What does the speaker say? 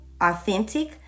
authentic